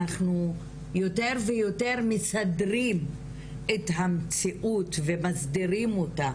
אנחנו יותר ויותר מסדרים את המציאות ומסבירים אותה,